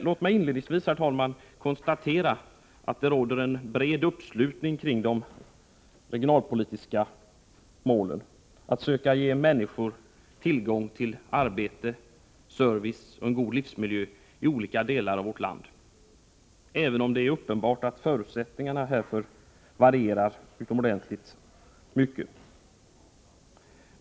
Låt mig inledningsvis, herr talman, konstatera att det dock råder en bred uppslutning kring de regionalpolitiska målen att söka ge människor tillgång till arbete, service och en god livsmiljö i olika delar av vårt land — även om det är klart att förutsättningarna härför varierar utomordentligt mycket.